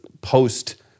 post